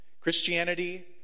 Christianity